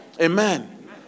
Amen